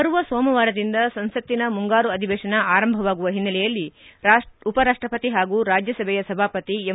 ಬರುವ ಸೋಮವಾರದಿಂದ ಸಂಸತ್ತಿನ ಮುಂಗಾರು ಅಧಿವೇಶನ ಆರಂಭವಾಗುವ ಹಿನ್ನೆಲೆಯಲ್ಲಿ ಉಪರಾಷ್ಷಪತಿ ಪಾಗೂ ರಾಜ್ಞಸಭೆಯ ಸಭಾಪತಿ ಎಂ